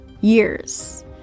years